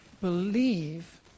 believe